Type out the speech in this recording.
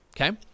okay